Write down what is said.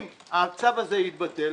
אם הצו הזה יתבטל,